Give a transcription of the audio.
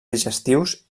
digestius